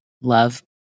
love